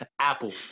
Apple